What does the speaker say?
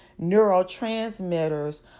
neurotransmitters